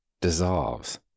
dissolves